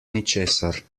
ničesar